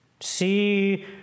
See